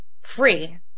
free